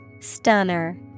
Stunner